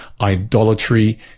idolatry